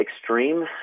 Extreme